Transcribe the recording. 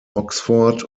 oxford